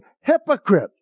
hypocrite